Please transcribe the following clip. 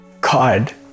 God